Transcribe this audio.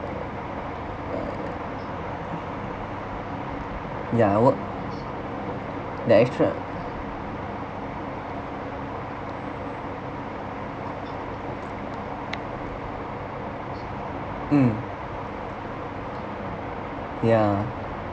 err ya I worked the extra mm yeah